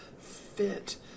fit